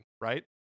right